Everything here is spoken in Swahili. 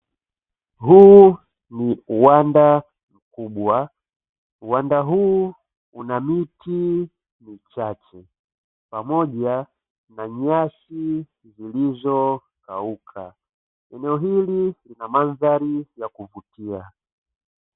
Huu ni uwanba mkubwa, uwanba huu una miti michache pamoja na nyasi zilizokauka. Eneo hili lina mandhari ya kuvutia.